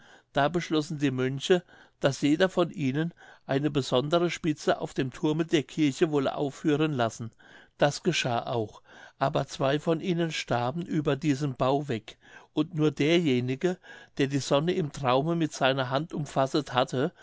da beschlossen die mönche daß jeder von ihnen eine besondere spitze auf dem thurme der kirche wolle aufführen lassen das geschah auch aber zwei von ihnen starben über diesem bau weg und nur derjenige der die sonne im traume mit seiner hand umfasset hatte